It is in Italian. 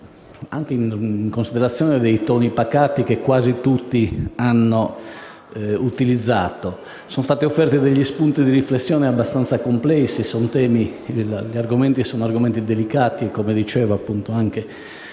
anche in considerazione dei toni pacati che quasi tutti hanno utilizzato. Sono stati offerti spunti di riflessione abbastanza complessi. Gli argomenti sono delicati e, per qualche